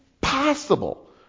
possible